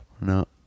No